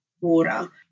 water